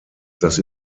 das